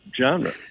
genre